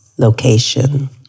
location